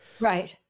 right